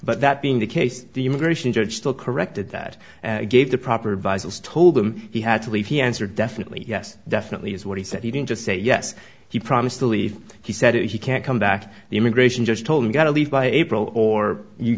but that being the case the immigration judge still corrected that gave the proper advisors told him he had to leave he answered definitely yes definitely is what he said he didn't just say yes he promised to leave he said if you can't come back the immigration judge told you got to leave by april or you